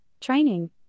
training